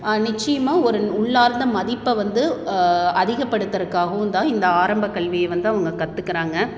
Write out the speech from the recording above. நிச்சயமா ஒரு உள்ளார்ந்த மதிப்பை வந்து அதிகப்படுத்துறதுக்காகவும் தான் இந்த ஆரம்பக் கல்வியை வந்து அவங்க கத்துக்கிறாங்க